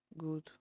good